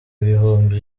ibihumbi